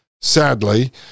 sadly